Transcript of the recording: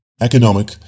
economic